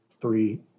three